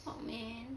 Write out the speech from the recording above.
oh man